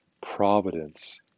providence